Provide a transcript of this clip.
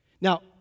Now